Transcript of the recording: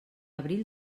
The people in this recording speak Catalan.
abril